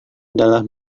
adalah